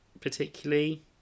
particularly